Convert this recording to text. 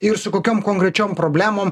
ir su kokiom konkrečiom problemom